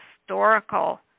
historical